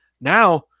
Now